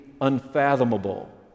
unfathomable